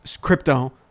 crypto